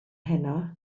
heno